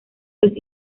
los